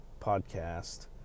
podcast